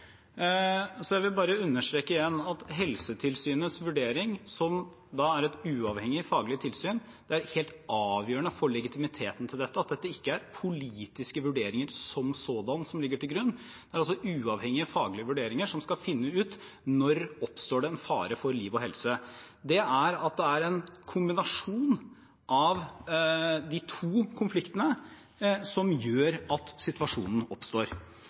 Jeg vil bare understreke igjen at Helsetilsynets vurdering er et uavhengig faglig tilsyn. Det er helt avgjørende for legitimiteten til dette at det ikke er politiske vurderinger som sådanne som ligger til grunn. Det er uavhengige faglige vurderinger som skal finne ut når det oppstår en fare for liv og helse. Det er en kombinasjon av de to konfliktene som gjør at situasjonen oppstår.